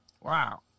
Wow